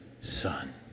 son